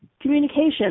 Communication